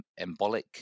embolic